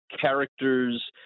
characters